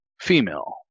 female